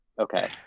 Okay